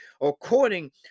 according